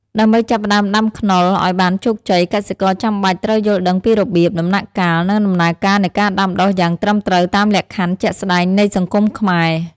ដើម្បីចាប់ផ្តើមដាំខ្នុរឲ្យបានជោគជ័យ កសិករចាំបាច់ត្រូវយល់ដឹងពីរបៀប ដំណាក់កាល និងដំណើរការនៃការដាំដុះយ៉ាងត្រឹមត្រូវតាមលក្ខខណ្ឌជាក់ស្តែងនៃសង្គមខ្មែរ។